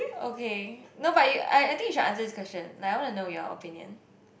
okay no but you I I think you should answer this question like I wanna know your opinion